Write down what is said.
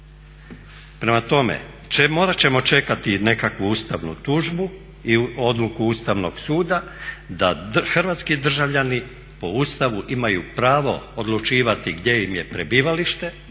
Prema tome, morat ćemo čekati nekakvu ustavnu tužbu i odluku Ustavnog suda da hrvatski državljani po Ustavu imaju pravo odlučivati gdje im je prebivalište,